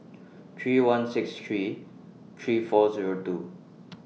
three one six three three four Zero two